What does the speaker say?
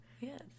Yes